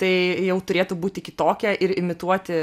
tai jau turėtų būti kitokia ir imituoti